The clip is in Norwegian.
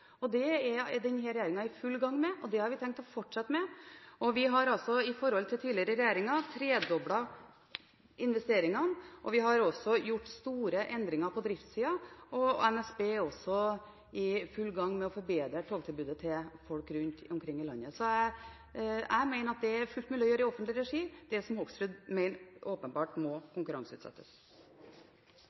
Det er denne regjeringen i full gang med, og det har vi tenkt å fortsette med. Vi har i forhold til tidligere regjeringer tredoblet investeringene, vi har gjort store endringer på driftssiden, og NSB er også i full gang med å forbedre togtilbudet til folk rundt omkring i landet. Jeg mener at det som Hoksrud åpenbart mener må konkurranseutsettes, er fullt mulig å gjøre i offentlig regi. Knut Arild Hareide – til oppfølgingsspørsmål. Eg òg må